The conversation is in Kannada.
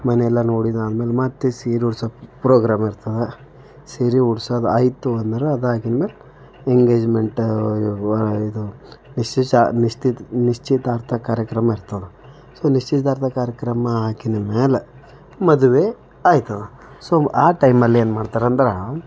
ಮನೆ ಎಲ್ಲ ನೋಡಿದ್ದಾದ್ಮೇಲೆ ಮತ್ತೆ ಸೀರೆ ಉಡ್ಸೋ ಪ್ರೋಗ್ರಾಮ್ ಇರ್ತದ ಸೀರೆ ಉಡ್ಸಿದ್ದು ಆಯ್ತು ಅಂದರೆ ಅದಾಗಿನ್ ಮೇಲೆ ಎಂಗೇಜ್ಮೆಂಟ ಇದು ನಿಶ್ಚಿಚ ನಿಶ್ಚಿತ್ ನಿಶ್ಚಿತಾರ್ಥ ಕಾರ್ಯಕ್ರಮ ಇರ್ತದೆ ಸೋ ನಿಶ್ಚಿತಾರ್ಥ ಕಾರ್ಯಕ್ರಮ ಆಗಿನ ಮ್ಯಾಲೆ ಮದುವೆ ಆಯ್ತದ ಸೋ ಆ ಟೈಮಲ್ಲಿ ಏನು ಮಾಡ್ತಾರೆ ಅಂದ್ರೆ